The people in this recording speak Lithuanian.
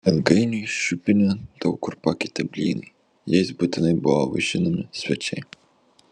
ilgainiui šiupinį daug kur pakeitė blynai jais būtinai buvo vaišinami svečiai